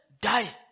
die